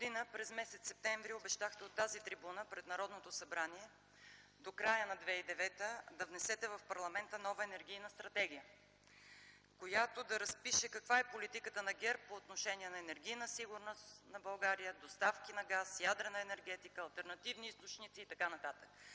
през м. септември обещахте от тази трибуна пред Народното събрание до края на 2009 г. да внесете в парламента нова енергийна стратегия, която да разпише каква е политиката на ГЕРБ по отношение на енергийна сигурност на България – доставки на газ, ядрена енергетика, алтернативни източници и т.н.,